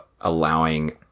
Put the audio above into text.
allowing